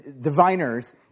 diviners